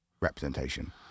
representation